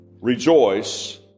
Rejoice